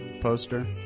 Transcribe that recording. poster